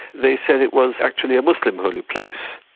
they said it was actually a muslim holy place.